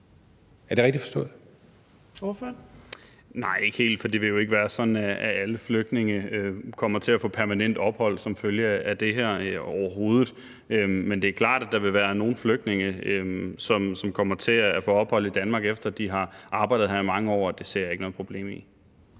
Valentin (SF): Nej, ikke helt, for det vil jo overhovedet ikke være sådan, at alle flygtninge kommer til at få permanent ophold som følge af det her. Men det er klart, at der vil være nogle flygtninge, som kommer til at kunne få ophold i Danmark, efter de har arbejdet her i mange år, og det ser jeg ikke noget problem i.